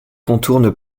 contourne